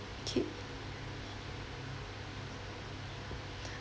keep